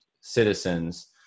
citizens